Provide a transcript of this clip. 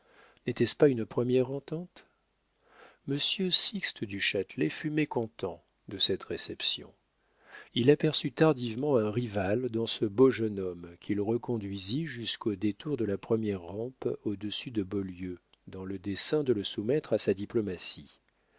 n'était-ce pas une première entente monsieur sixte du châtelet fut mécontent de cette réception il aperçut tardivement un rival dans ce beau jeune homme qu'il reconduisit jusqu'au détour de la première rampe au-dessous de beaulieu dans le dessein de le soumettre à sa diplomatie